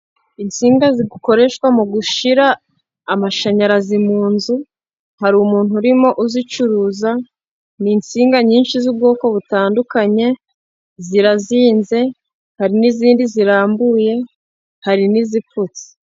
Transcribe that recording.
Insinga zikoreshwa mu gushira amashanyarazi mu nzu, hari umuntu urimo uzicuruza, n'insinga nyinshi z'ubwoko butandukanye zirazinze, hari n'izindi zirambuye, hari n'izipfutse.